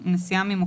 בגלל